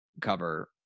cover